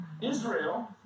Israel